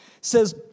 says